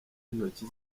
intoki